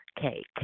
cake